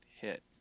hit